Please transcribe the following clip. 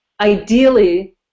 ideally